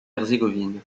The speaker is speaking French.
herzégovine